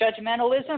judgmentalism